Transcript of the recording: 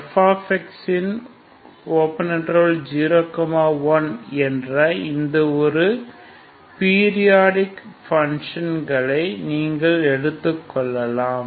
f∈01என்ற எந்த ஒரு periodic function களை நீங்கள் எடுத்துக்கொள்ளலாம்